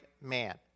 man